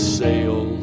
sail